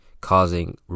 Causing